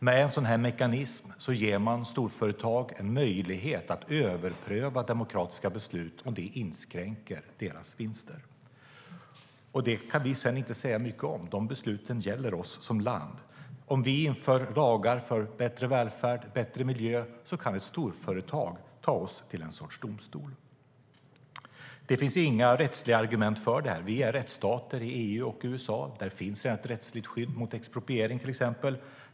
Med en sådan mekanism ger man storföretag en möjlighet att överpröva demokratiska beslut, om de inskränker deras vinster. Det kan vi sedan inte säga så mycket om, för dessa beslut gäller oss som land. Om vi inför lagar för bättre välfärd och bättre miljö kan ett storföretag ta oss till en sorts domstol. Det finns inga rättsliga argument för detta. Vi är rättsstater i EU, och i USA finns det redan ett rättsligt skydd mot till exempel expropriering.